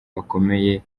bakomeye